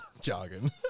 jargon